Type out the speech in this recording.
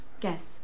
Guess